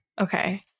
Okay